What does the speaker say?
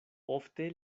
ofte